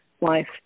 life